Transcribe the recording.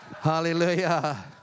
Hallelujah